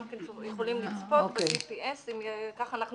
גם כן יכולים לצפות ב- G.P.S.אם כך אנחנו